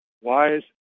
Wise